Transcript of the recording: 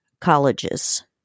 colleges